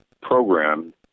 program